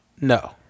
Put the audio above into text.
No